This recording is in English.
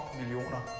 millioner